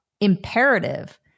imperative